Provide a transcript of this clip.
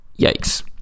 yikes